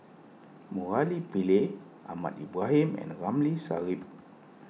Murali Pillai Ahmad Ibrahim and Ramli Sarip